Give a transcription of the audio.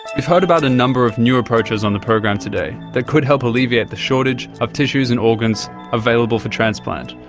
we've heard about a number of new approaches on the program today that could help alleviate the shortage of tissues and organs available for transplant,